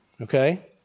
Okay